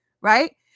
right